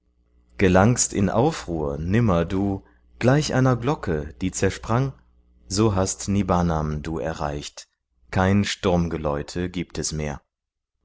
gelangst in aufruhr nimmer du gleich einer glocke die zersprang so hast nibbnam du erreicht kein sturmgeläute gibt es mehr